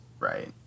right